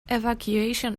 evacuation